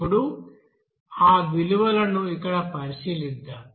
ఇప్పుడు ఆ విలువలను ఇక్కడ పరిశీలిద్దాం